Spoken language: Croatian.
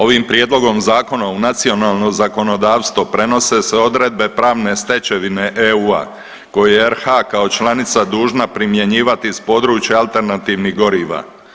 Ovim prijedlogom zakona u nacionalno zakonodavstvo prenose se odredbe pravne stečevine EU koju je RH kao članica dužna primjenjivati s područja alternativnih goriva.